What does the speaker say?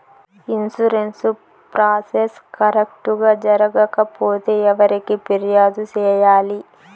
insurance process correct గా జరగకపోతే ఎవరికి ఫిర్యాదు సేయాలి